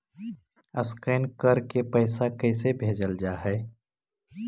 Scan करके पैसा कैसे भेजल जा हइ?